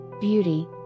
beauty